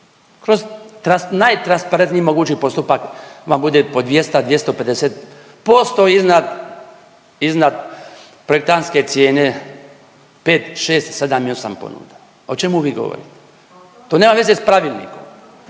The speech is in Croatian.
kroz najtransparentniji mogući postupak vam bude po 200, 250 posto iznad projektantske cijene 5, 6, 7 i 8 ponuda. O čemu vi govorite? To nema veze sa pravilnikom,